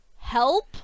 help